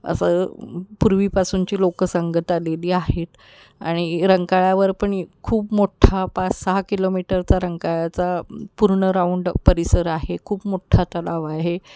असं पूर्वीपासूनची लोक सांगत आलेली आहेत आणि रंकाळावर पण खूप मोठा पाच सहा किलोमीटरचा रंकाळचा पूर्ण राऊंड परिसर आहे खूप मोठ्ठा तलाव आहे